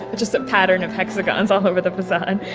just a pattern of hexagons all over the facade.